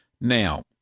Now